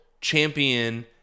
champion